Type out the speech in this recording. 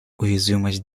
уязвимость